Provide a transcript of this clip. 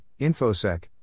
InfoSec